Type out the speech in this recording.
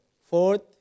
fourth